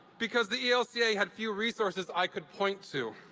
because the elca had few resources i could point to.